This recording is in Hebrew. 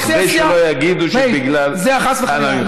כדי שלא יגידו שבגלל, חס וחלילה.